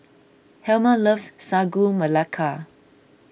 Helmer loves Sagu Melaka